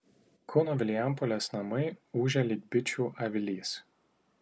kauno vilijampolės namai ūžia lyg bičių avilys